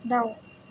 दाउ